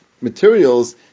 materials